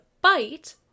bite